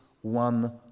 one